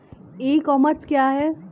ई commerce क्या है?